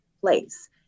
place